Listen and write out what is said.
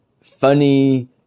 funny